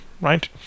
right